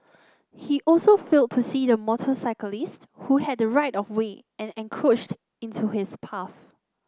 he also failed to see the motorcyclist who had the right of way and encroached into his path